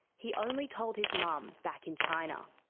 he only told his mum, back in china.